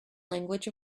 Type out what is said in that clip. language